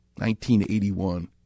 1981